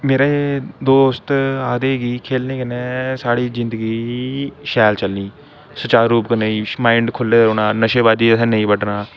मेरे दोस्त आखदे कि खेलने कन्नै साढ़ी जिंदगी शैल चलनी सुचारू रूप कन्नै माइंड खुल्ले दे रौह्ना नशेबंदी तरफ असें नेईं बधना